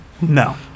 No